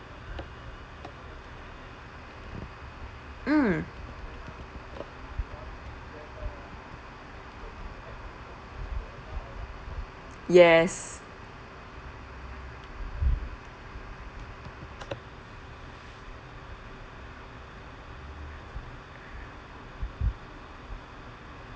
mm yes